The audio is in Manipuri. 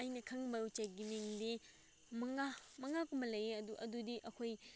ꯑꯩꯅ ꯈꯪꯕ ꯎꯆꯦꯛꯀꯤ ꯃꯤꯡꯗꯤ ꯃꯉꯥ ꯃꯉꯥꯒꯨꯝꯕ ꯂꯩꯌꯦ ꯑꯗꯨ ꯑꯗꯨꯗꯤ ꯑꯩꯈꯣꯏ